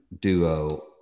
Duo